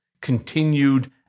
continued